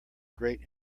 great